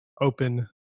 open